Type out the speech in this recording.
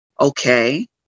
Okay